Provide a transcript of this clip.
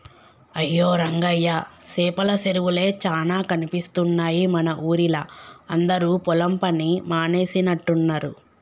అయ్యో రంగయ్య సేపల సెరువులే చానా కనిపిస్తున్నాయి మన ఊరిలా అందరు పొలం పని మానేసినట్టున్నరు